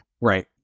Right